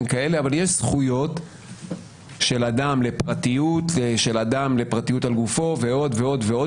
כאלה אבל יש זכויות של אדם לפרטיות ולפרטיות על גופו ועוד ועוד,